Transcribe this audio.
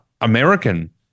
American